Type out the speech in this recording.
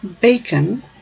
bacon